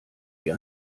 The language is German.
wie